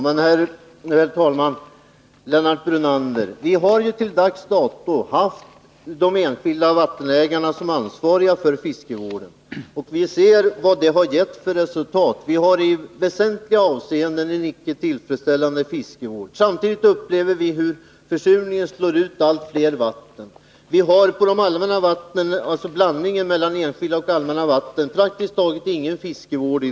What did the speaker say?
Herr talman! Men, Lennart Brunander, till dags dato har ju de enskilda vattenägarna varit ansvariga för fiskevården, och vi ser vad det har fått till resultat. Vi har en i väsentliga avseenden icke tillfredsställande fiskevård. Samtidigt förstör försurningen allt fler vatten. Genom blandningen av enskilda och allmänna vatten har vi i dag praktiskt taget ingen fiskevård.